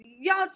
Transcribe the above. Y'all